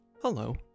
Hello